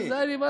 זה רציני,